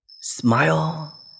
Smile